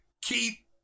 keep